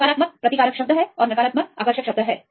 सकारात्मक प्रतिकारक शब्द है और नकारात्मक आकर्षक शब्द है